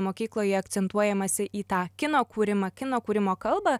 mokykloje akcentuojamasi į tą kino kūrimą kino kūrimo kalbą